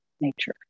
nature